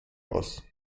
aus